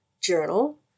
journal